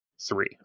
Three